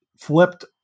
flipped